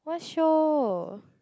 what show